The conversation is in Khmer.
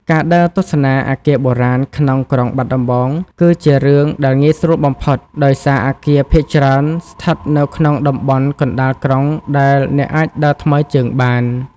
ការដើរទស្សនាអគារបុរាណក្នុងក្រុងបាត់ដំបង គឺជារឿងដែលងាយស្រួលបំផុត ដោយសារអគារភាគច្រើនស្ថិតនៅក្នុងតំបន់កណ្តាលក្រុងដែលអ្នកអាចដើរថ្មើរជើងបាន។